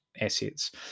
assets